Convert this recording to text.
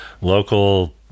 local